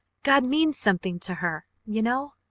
god means something to her, you know.